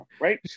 right